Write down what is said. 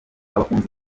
abakunzi